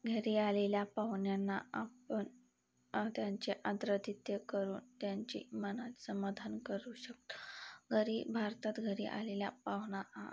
घरी आलेल्या पाहुण्यांना आपण त्यांचे आदरातिथ्य करून त्यांचे मन समाधान करू शक घरी भारतात घरी आलेल्या पाहुणा हा